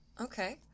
Okay